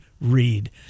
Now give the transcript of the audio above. read